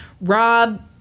Rob